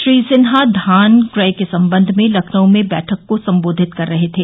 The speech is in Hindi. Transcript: श्री सिन्हा धान क्रय के संबंध में लखनऊ में बैठक को संबोधित कर रहे थे